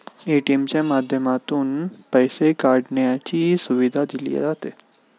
ATM च्या माध्यमातून पैसे काढण्याची सुविधा दिली जाते